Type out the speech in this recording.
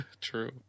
True